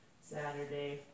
Saturday